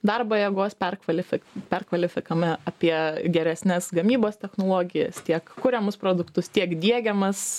darbo jėgos perkvalifik perkvalifikame apie geresnes gamybos technologijas tiek kuriamus produktus tiek diegiamas